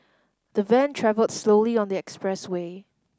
the van travelled slowly on the expressway